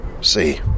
see